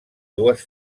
dues